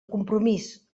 compromís